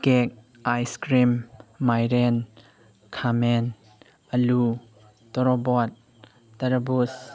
cake ice cream ꯃꯥꯏꯔꯦꯟ ꯈꯥꯃꯦꯟ ꯑꯥꯜꯂꯨ ꯇꯣꯔꯣꯕꯣꯠ ꯇꯔꯕꯨꯖ